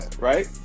Right